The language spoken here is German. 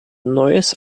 neues